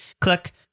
click